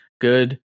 good